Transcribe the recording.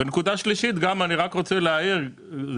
הגיע הזמן לעדכן את ההגדרה של